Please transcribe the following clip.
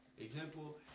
Example